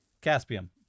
Caspian